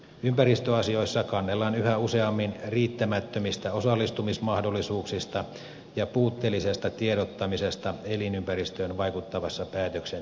ympäristöasioissa kannellaan yhä useammin riittämättömistä osallistumismahdollisuuksista ja puutteellisesta tiedottamisesta elinympäristöön vaikuttavassa päätöksenteossa